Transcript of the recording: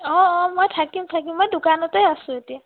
অঁ অঁ মই থাকিম থাকিম মই দোকানতে আছোঁ এতিয়া